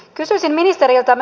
kysyisin ministeriltä